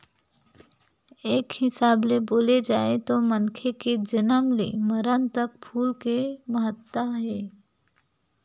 एक हिसाब ले बोले जाए तो मनखे के जनम ले मरन तक फूल के महत्ता हे